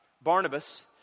Barnabas